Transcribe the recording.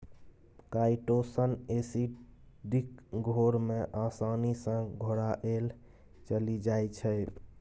chitosan acidic घोर मे आसानी सँ घोराएल चलि जाइ छै